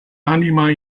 anima